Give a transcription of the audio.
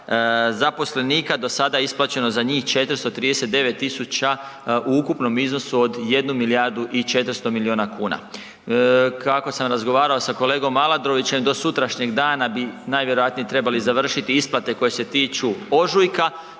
zaposlenika, do sada je isplaćeno za njih 439.000 u ukupnom iznosu od 1 milijardu i 400 miliona kuna. Kako sam razgovarao sa kolegom Aladrovićem do sutrašnjeg dana bi najvjerojatnije trebali završiti isplate koje se tiču ožujka,